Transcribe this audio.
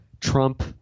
Trump